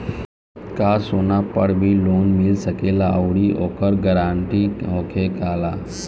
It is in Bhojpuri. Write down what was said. का सोना पर भी लोन मिल सकेला आउरी ओकर गारेंटी होखेला का?